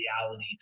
reality